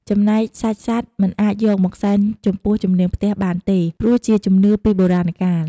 ចំណែកសាច់សត្វមិនអាចយកមកសែនចំពោះជំនាងផ្ទះបានទេ ព្រោះជាជំនឿពីបុរាណកាល។